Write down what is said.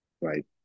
Right